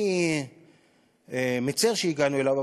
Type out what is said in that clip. אני מצר שהגענו אליו,